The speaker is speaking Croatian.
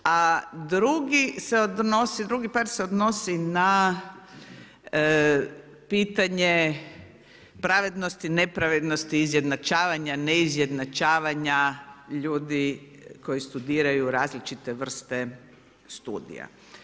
A drugi par se odnosi na pitanje pravednosti, nepravednosti, izjednačavanja, ne izjednačavanja ljudi koji studiraju različite vrste studija.